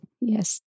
Yes